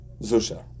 Zusha